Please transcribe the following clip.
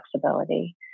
flexibility